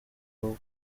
rwo